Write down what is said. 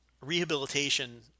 rehabilitation